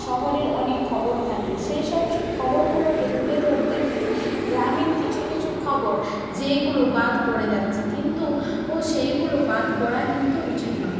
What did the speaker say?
শহরের অনেক খবর থাকে সেই সব খবরগুলোকে তুলে ধরতে গিয়ে গ্রামীণ কিছু কিছু খবর যেইগুলো বাদ পড়ে যাচ্ছে কিন্তু সেইগুলো বাদ পড়া কিন্তু উচিত নয়